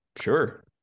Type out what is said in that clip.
sure